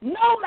no